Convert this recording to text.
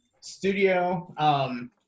Studio